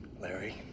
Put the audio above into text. Larry